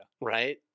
right